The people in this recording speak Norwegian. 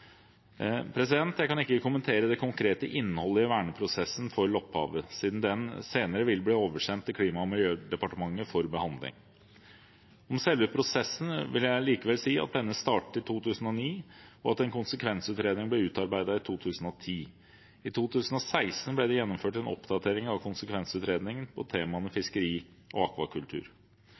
Jeg kan ikke kommentere det konkrete innholdet i verneprosessen for Lopphavet siden den senere vil bli oversendt til Klima- og miljødepartementet for behandling. Om selve prosessen vil jeg likevel si at denne startet i 2009, og at en konsekvensutredning ble utarbeidet i 2010. I 2016 ble det gjennomført en oppdatering av konsekvensutredningen på temaene fiskeri og akvakultur.